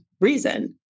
reason